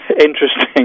interesting